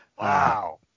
Wow